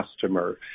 customer